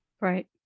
Right